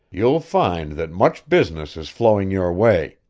you'll find that much business is flowing your way.